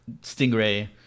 Stingray